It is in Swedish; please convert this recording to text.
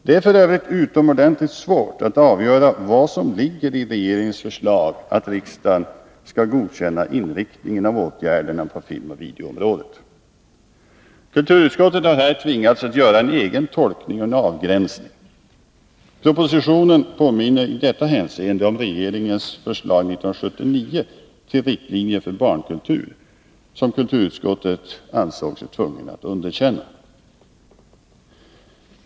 Det är f. ö. utomordentligt svårt att avgöra vad som ligger i regeringens förslag att riksdagen skall godkänna inriktningen av åtgärderna på filmoch videoområdet. Kulturutskottet har här tvingats göra en egen tolkning och avgränsning. Propositionen påminner i detta hänseende om regeringens förslag 1979 till riktlinjer för barnkultur som kulturutskottet ansåg sig tvunget att underkänna.